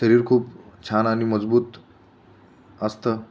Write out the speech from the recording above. शरीर खूप छान आणि मजबूत असतं